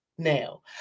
Now